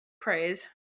praise